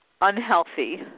unhealthy